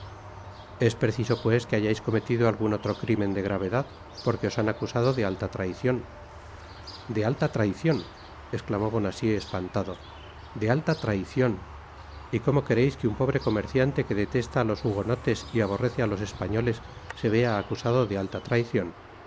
es preciso pues que hayais cometido algun otro crimen de gravedad porque os han acusado de alta traicion de alta traicion esclamó bonacieux espantado de alta traicion y cómo quereis que un pobre comerciante que detesta á los hugonotes y aborrece a los españoles se vea acusado de alia traicion